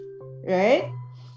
right